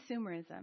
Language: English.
consumerism